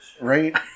Right